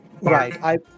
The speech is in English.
right